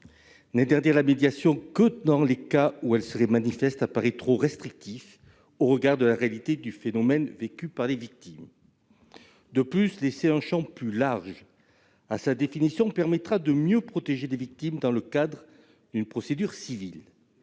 N'interdire la médiation que dans les cas où elle serait manifeste apparaît trop restrictif au regard de la réalité du phénomène vécue par les victimes. De plus, laisser un champ plus large à sa définition permettra de mieux protéger les victimes dans le cadre d'une procédure civile.